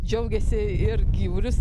džiaugiasi ir gyvulius